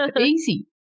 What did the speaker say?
easy